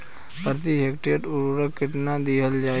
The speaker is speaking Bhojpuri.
प्रति हेक्टेयर उर्वरक केतना दिहल जाई?